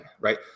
right